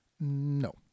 No